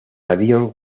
avión